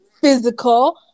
physical